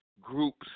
groups